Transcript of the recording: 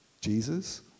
Jesus